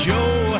Joe